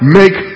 make